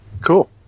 Cool